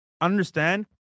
understand